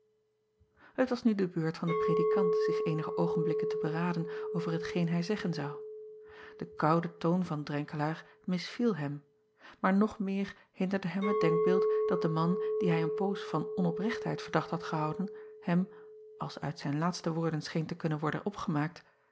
et was nu de beurt van den predikant zich eenige acob van ennep laasje evenster delen oogenblikken te beraden over hetgeen hij zeggen zou e koude toon van renkelaer misviel hem maar nog meer hinderde hem het denkbeeld dat de man dien hij een poos van onoprechtheid verdacht had gehouden hem als uit zijn laatste woorden scheen te kunnen worden opgemaakt